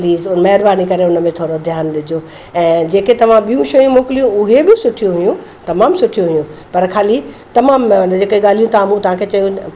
please उहो महिरबानी करे हुन में थोरो ध्यानु ॾिजो ऐं जेके तव्हां ॿियूं शयूं मोकिले उहे बि सुठियूं हुयूं तमामु सुठियूं हुयूं पर खाली तमामु जेके ॻाल्हियूं तां मूं तव्हांखे चयूं